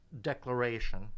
declaration